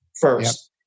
first